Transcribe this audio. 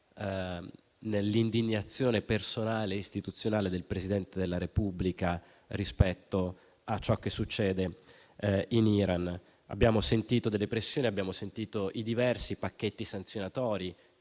l'indignazione personale e istituzionale del Presidente della Repubblica rispetto a ciò che succede in Iran. Abbiamo sentito delle pressioni e visto i diversi pacchetti sanzionatori